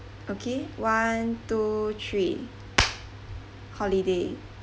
okay one two three holiday